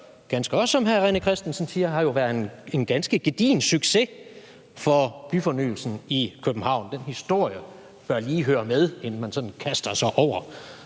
ganske også som hr. René Christensen siger, været en ganske gedigen succes for byfornyelsen i København – den historie bør lige høre med, inden man sådan kaster sig over